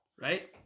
right